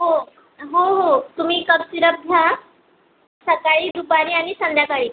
हो हो हो तुम्ही कफ सिरप घ्या सकाळी दुपारी आणि संध्याकाळी